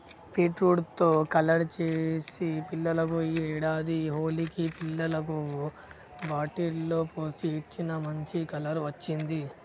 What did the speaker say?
beetroot తో colour చేసి పిల్లలకు ఈ ఏడాది హోలికి పిల్లలకు బాటిల్ లో పోసి ఇచ్చిన, మంచి కలర్ వచ్చింది